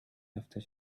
after